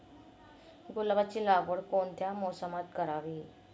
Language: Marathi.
गुलाबाची लागवड कोणत्या मोसमात करावी?